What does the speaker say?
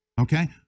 okay